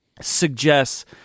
suggests